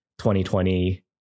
2020